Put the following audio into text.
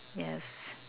yes